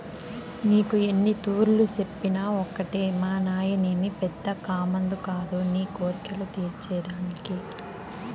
నీకు ఎన్నితూర్లు చెప్పినా ఒకటే మానాయనేమి పెద్ద కామందు కాదు నీ కోర్కెలు తీర్చే దానికి